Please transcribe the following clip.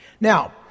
Now